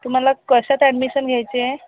तुम्हाला कशात अॅडमिशन घ्यायची आहे